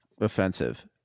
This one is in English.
offensive